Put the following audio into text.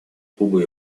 кубы